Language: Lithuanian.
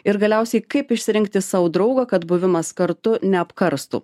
ir galiausiai kaip išsirinkti sau draugą kad buvimas kartu neapkarstų